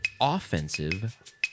offensive